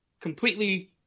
completely